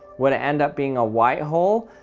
would it end up being a white hole?